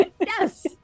Yes